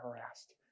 harassed